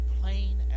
plain